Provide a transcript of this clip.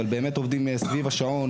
אבל עובדים מסביב לשעון,